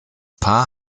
paar